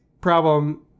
problem